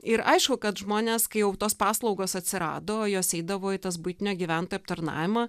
ir aišku kad žmonės kai jau tos paslaugos atsirado jos eidavo į tas buitinio gyventojų aptarnavimą